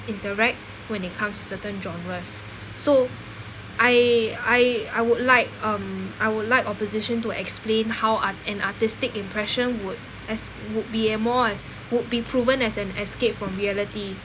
interact when it comes to certain genres so I I I would like um I would like opposition to explain how art~ an artistic impression would as would be a more would be proven as an escape from reality